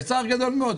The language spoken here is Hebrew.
בצער גדול מאוד,